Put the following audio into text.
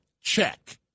check